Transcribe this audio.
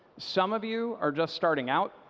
some of you are just starting out.